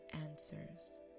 answers